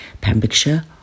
Pembrokeshire